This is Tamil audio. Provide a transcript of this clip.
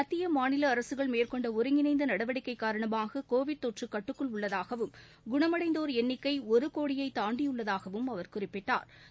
மத்திய மாநில அரசுகள் மேற்கொண்ட ஒருங்கிணைந்த நடவடிக்கை காரணமாக கோவிட் தொற்று கட்டுக்குள் உள்ளதாகவும் குணமடைந்தோர் எண்ணிக்கை ஒரு கோடியை தாண்டியுள்ளதாகவும் அவர் குறிப்பிட்டா்